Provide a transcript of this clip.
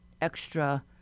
extra